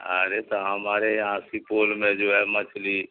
ارے تو ہمارے یہاں سپول میں جو ہے مچھلی